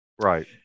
Right